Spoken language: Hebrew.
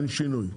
אין שינוי.